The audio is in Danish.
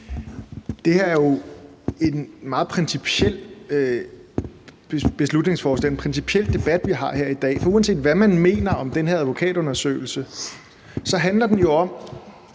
Det er jo et meget principielt beslutningsforslag og en principiel debat, vi har her i dag, for uanset hvad man mener om den her advokatundersøgelse, handler den jo om,